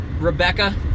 Rebecca